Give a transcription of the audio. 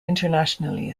internationally